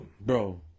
Bro